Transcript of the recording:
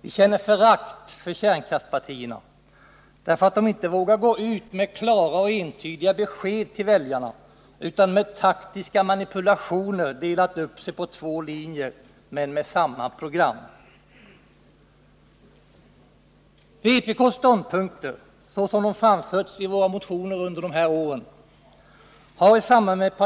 Vi känner förakt för kärnkraftspartierna, därför att de inte vågat gå ut med klara och entydiga besked till väljarna utan med taktiska manipulationer delat sig på två linjer med samma program. Vpk:s ståndpunkter, såsom de framförts i våra motioner under de här åren, har i samband med